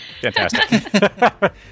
Fantastic